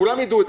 שכולם יידעו.